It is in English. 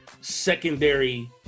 secondary